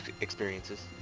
experiences